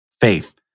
faith